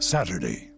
Saturday